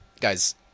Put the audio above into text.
guys